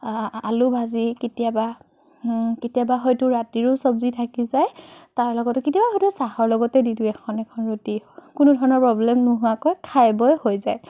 আ আলু ভাজি কেতিয়াবা কেতিয়াবা হয়তো ৰাতিৰো চব্জি থাকি যায় তাৰ লগতে কেতিয়াবা হয়তো চাহৰ লগতে দি দিওঁ এখন এখন ৰুটি কোনো ধৰণৰ প্ৰ'ব্লেম নোহোৱাকৈ খাই বৈ হৈ যায়